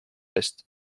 eest